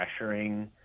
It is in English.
pressuring